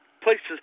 places